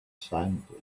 silently